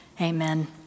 amen